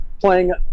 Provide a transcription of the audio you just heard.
playing